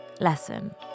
Lesson